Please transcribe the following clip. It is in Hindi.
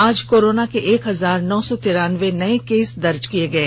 आज कोरोना के एक हजार नौ सौ तिरानवे नये केस दर्ज किये गये